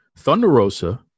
Thunderosa